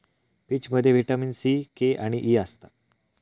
पीचमध्ये vitamin C, K आणि E असता